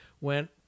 went